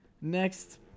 Next